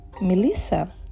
Melissa